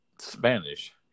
Spanish